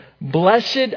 Blessed